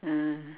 ah